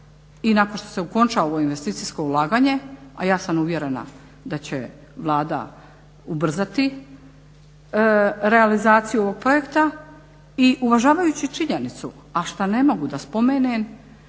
i nakon što se okonča ovo investicijsko ulaganje, a ja sam uvjerena da će Vlada ubrzati realizaciju ovog projekta i uvažavajući činjenicu, a šta ne mogu da spomenem